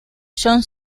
john